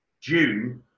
June